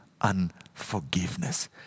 unforgiveness